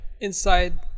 Inside